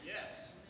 Yes